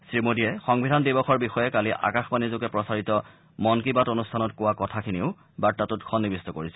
শ্ৰীমোদীয়ে সংবিধান দিৱসৰ বিষয়ে কালি আকাশবাণীযোগে প্ৰচাৰিত মন কী বাত অনুষ্ঠানত কোৱা কথাখিনিও বাৰ্তাটোত সন্নিৱিষ্ট কৰিছে